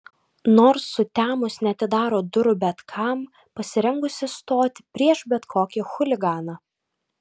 nors sutemus neatidaro durų bet kam pasirengusi stoti prieš bet kokį chuliganą